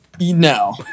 No